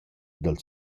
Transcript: dal